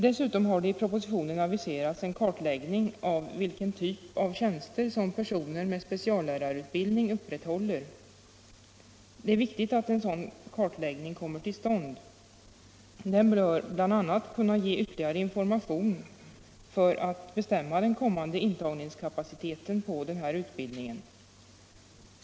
Dessutom har det i propositionen aviserats en kartläggning av vilken typ av tjänster som personer med speciallärarutbildning upprätthåller. Det är viktigt att en sådan kartläggning kommer till stånd. Den bör bl.a. kunna ge ytterligare information för att bestämma den kommande intagningskapaciteten till den här utbildningen.